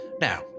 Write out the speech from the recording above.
Now